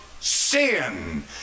Sin